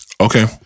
Okay